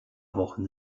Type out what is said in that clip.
wochen